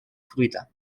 fruita